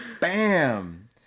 Bam